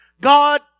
God